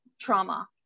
trauma